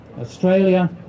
Australia